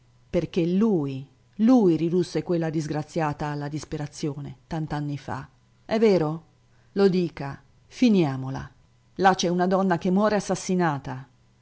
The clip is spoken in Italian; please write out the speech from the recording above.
perché lui lui ridusse quella disgraziata alla disperazione tant'anni fa è vero lo dica finiamola là c'è una donna che muore assassinata